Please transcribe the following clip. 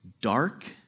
dark